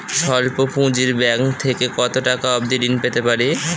স্বল্প পুঁজির ব্যাংক থেকে কত টাকা অবধি ঋণ পেতে পারি?